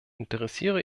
interessiere